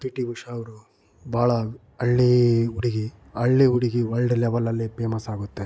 P T Usha ಅವರು ಭಾಳ ಹಳ್ಳಿ ಹುಡುಗಿ ಹಳ್ಳಿ ಹುಡುಗಿ ವಲ್ಡ್ ಲೆವೆಲಲ್ಲಿ ಪೇಮಸ್ಸಾಗುತ್ತೆ